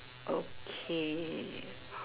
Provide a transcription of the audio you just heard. okay